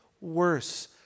worse